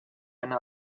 eine